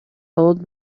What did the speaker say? old